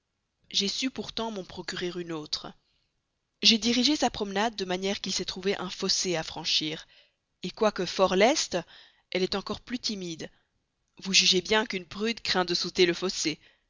j'ai su pourtant m'en procurer une autre j'ai dirigé sa promenade de manière qu'il s'est trouvé un fossé à franchir quoique fort leste elle est encore plus timide vous jugez bien qu'une prude craint de sauter le fossé